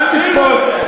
אל תקפוץ.